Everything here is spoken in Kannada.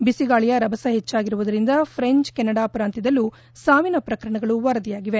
ಬಿಸಿಗಾಳಿಯ ರಭಸ ಹೆಚ್ಚಾಗಿರುವುದರಿಂದ ಫ್ರೆಂಚ್ ಕೆನಡಾ ಪ್ರಾಂತ್ಯದಲ್ಲೂ ಸಾವಿನ ಪ್ರಕರಣಗಳು ವರದಿಯಾಗಿವೆ